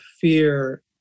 fear